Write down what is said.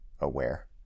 aware